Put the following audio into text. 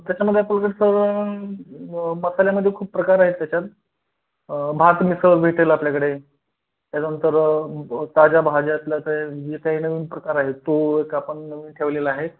त्याच्यामध्ये आपण के सर मसाल्यामध्ये खूप प्रकार आहेत त्याच्यात भात मिसळ भेटेल आपल्याकडे त्याच्यानंतर ताज्या भाज्यातल्या का जे काही नवीन प्रकार आहेत तो एक आपण नवीन ठेवलेला आहे